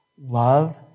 Love